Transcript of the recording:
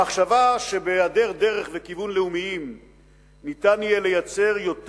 המחשבה שבהיעדר דרך וכיוון לאומיים ניתן יהיה לייצר יותר